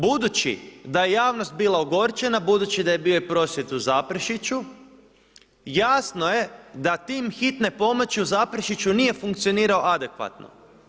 Budući da je javnost bila ogorčena, budući da je bio i prosvjed u Zaprešiću, jasno je da tim hitne pomoći u Zaprešiću nije funkcionirao adekvatno.